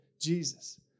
Jesus